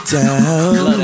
down